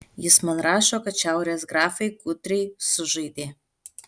jis man rašo kad šiaurės grafai gudriai sužaidė